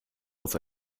aus